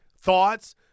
thoughts